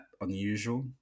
unusual